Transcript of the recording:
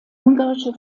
ungarische